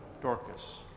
Dorcas